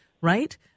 Right